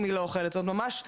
כלומר,